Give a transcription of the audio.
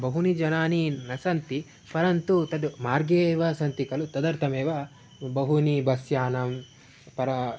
बहूनि जनाः न सन्ति परन्तु तद् मार्गे एव सन्ति खलु तदर्थमेव बहूनि बस्यानं परा